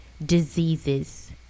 diseases